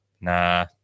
Nah